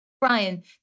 Brian